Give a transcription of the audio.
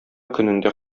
көнендә